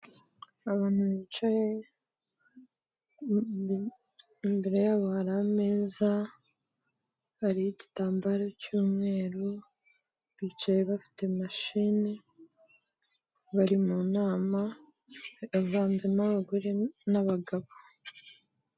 Abantu bicaye, imbere yabo hari ameza, hari igitambaro cy'umweru, bicaye bafite machine, bari mu nama, bavanzemo abagore n'abagabo.